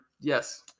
Yes